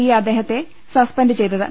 E അദ്ദേ ഹത്തെ suspend ചെയ്തത്